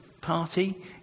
party